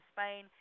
Spain